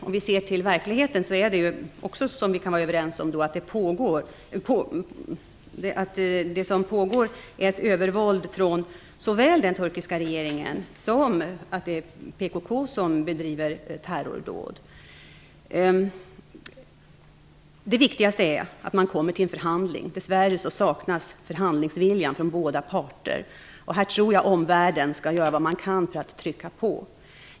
Om vi ser till verkligheten kan vi också vara överens om att det som pågår är ett övervåld från såväl den turkiska regeringen som PKK, som utför terrordåd. Det viktigaste är att man kommer till en förhandling. Dess värre saknas förhandlingsviljan från båda parter. Här tror jag omvärlden skall göra vad den kan för att trycka på.